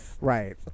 Right